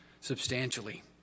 substantially